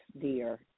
dear